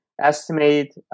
estimate